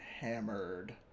hammered